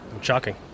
shocking